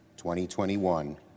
2021